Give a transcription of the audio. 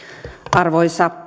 arvoisa